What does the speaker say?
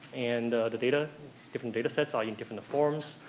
and the data different data sets are in different forms,